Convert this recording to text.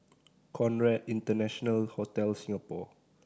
Conrad International Hotel Singapore